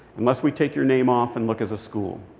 unless we take your name off and look as a school,